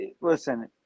listen